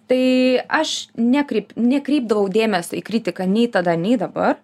tai aš nekrei nekreipdavau dėmesio į kritiką nei tada nei dabar